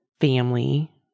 family